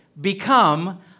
become